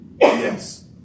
yes